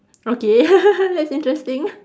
okay that's interesting